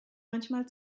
manchmal